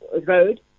road